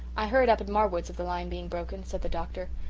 i heard up at marwood's of the line being broken, said the doctor,